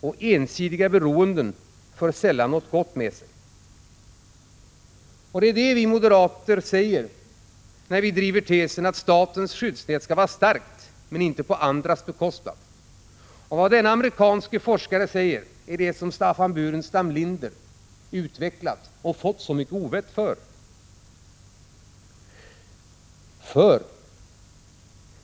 Och ensidiga beroenden för sällan något gott med sig.” Det är det som vi moderater säger när vi driver tesen att statens skyddsnät skall vara starkt, men inte på andras bekostnad. Vad denne amerikanske forskare säger är det som Staffan Burenstam Linder utvecklat och fått så mycket ovett för.